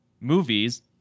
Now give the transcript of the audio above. movies